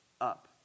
up